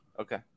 Okay